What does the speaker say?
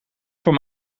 voor